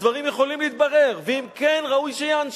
הדברים יכולים להתברר, ואם כן, ראוי שייענשו,